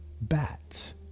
bats